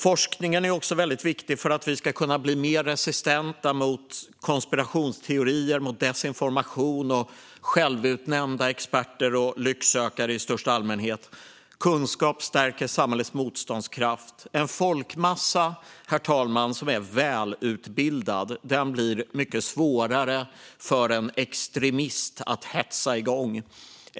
Forskningen är också viktig för att vi ska bli mer resistenta mot konspirationsteorier, desinformation, självutnämnda experter och lycksökare i största allmänhet. Kunskap stärker samhällets motståndskraft. En välutbildad folkmassa, herr talman, blir mycket svårare för en extremist att hetsa igång.